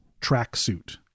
tracksuit